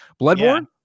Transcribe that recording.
Bloodborne